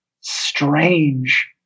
strange